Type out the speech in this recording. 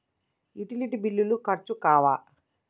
Utility బిల్లులు ఖర్చు కావా?